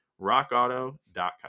rockauto.com